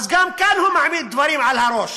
אז גם כאן הוא מעמיד דברים על הראש